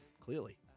clearly